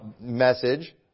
message